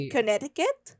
Connecticut